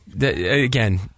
again